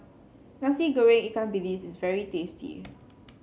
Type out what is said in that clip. Nasi Goreng Ikan Bilis is very tasty